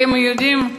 אתם יודעים,